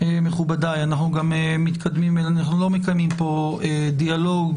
מכובדיי, אנחנו לא מקיימים פה דיאלוג.